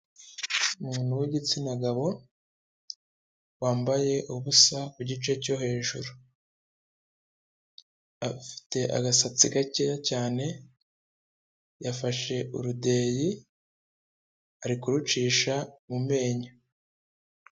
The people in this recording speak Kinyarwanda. Umuntu w'igitsina gabo wambaye ubusa ku gice cyo hejuru. Afite agasatsi gakeya cyane, afashe urudeyi, ari kurucisha mu menyo.